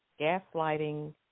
gaslighting